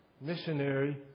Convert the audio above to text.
missionary